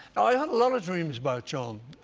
i had a lot of dreams about john,